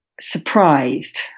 surprised